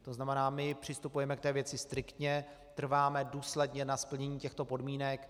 To znamená, my přistupujeme k té věci striktně, trváme důsledně na splnění těchto podmínek.